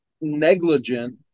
negligent